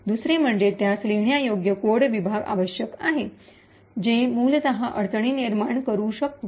दुसरे म्हणजे त्यास लिहिण्यायोग्य कोड विभाग आवश्यक आहे जो मूलत अडचणी निर्माण करू शकतो